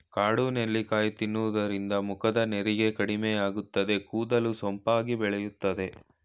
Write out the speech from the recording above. ಕಾಡು ನೆಲ್ಲಿಕಾಯಿ ತಿನ್ನೋದ್ರಿಂದ ಮುಖದ ನೆರಿಗೆ ಕಡಿಮೆಯಾಗುತ್ತದೆ, ಕೂದಲು ಸೊಂಪಾಗಿ ಬೆಳೆಯುತ್ತದೆ